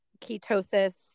ketosis